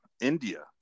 India